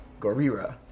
Gorira